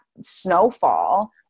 snowfall